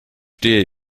stehe